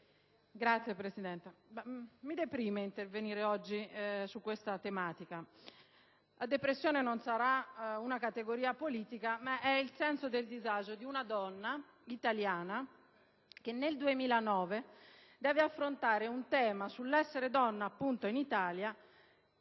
Signor Presidente, mi deprime intervenire oggi su questa tematica: la depressione non sarà una categoria politica, ma esprime il senso di disagio di una donna italiana che nel 2009 deve affrontare il tema dell'essere donna in Italia.